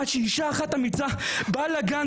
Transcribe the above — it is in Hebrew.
עד שאישה אחת אמיצה הגיעה לגן